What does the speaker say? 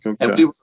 okay